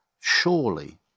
surely